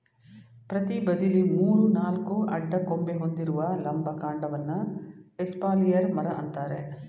ಪ್ರತಿ ಬದಿಲಿ ಮೂರು ನಾಲ್ಕು ಅಡ್ಡ ಕೊಂಬೆ ಹೊಂದಿರುವ ಲಂಬ ಕಾಂಡವನ್ನ ಎಸ್ಪಾಲಿಯರ್ ಮರ ಅಂತಾರೆ